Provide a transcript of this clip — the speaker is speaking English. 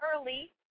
early